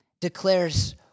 declares